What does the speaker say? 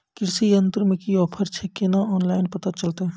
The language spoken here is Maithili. कृषि यंत्र मे की ऑफर छै केना ऑनलाइन पता चलतै?